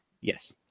Yes